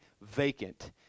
vacant